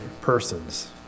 persons